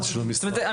זאת אומרת,